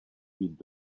být